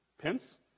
Pence